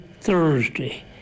Thursday